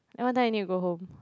and what time you need to go home